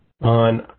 on